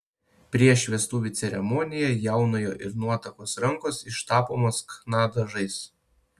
prieš vestuvių ceremoniją jaunojo ir nuotakos rankos ištapomos chna dažais